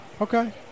Okay